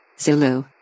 Zulu